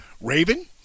Raven